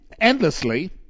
endlessly